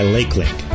Lakelink